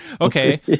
Okay